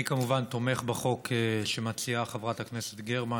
אני כמובן תומך בחוק שמציעה חברת הכנסת גרמן.